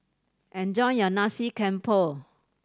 enjoy your Nasi Campur